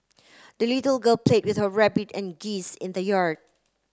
the little girl played with her rabbit and geese in the yard